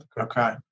Okay